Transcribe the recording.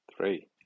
Three